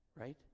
Right